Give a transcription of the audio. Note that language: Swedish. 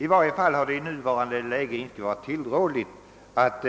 I varje fall har vi i nuvarande läge inte ansett det tillrådligt att